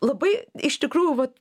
labai iš tikrųjų vat